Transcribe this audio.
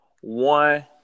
one